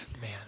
man